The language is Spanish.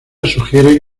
sugiere